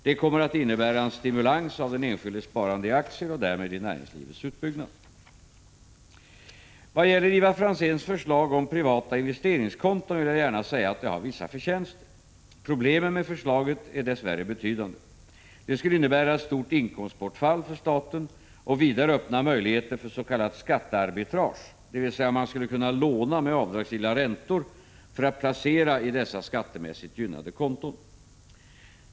Detta kommer att innebära en stimulans av den enskildes sparande i aktier och därmed i näringslivets utbyggnad. Vad avser Ivar Franzéns förslag om privata investeringskonton vill jag gärna säga att det har vissa förtjänster. Problemen med förslaget är dess värre betydande. Det skulle innebära ett stort inkomstbortfall för staten och vidare öppna möjligheter för s.k. skattearbitrage, dvs. man skulle kunna låna med avdragsgilla räntor för att placera i dessa skattemässigt gynnade konton.